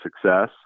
success